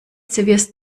servierst